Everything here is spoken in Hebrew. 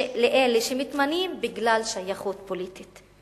לאלה שמתמנים בגלל שייכות פוליטית.